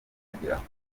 ageraho